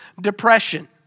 depression